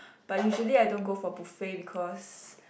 but usually I don't go for buffet because